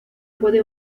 puede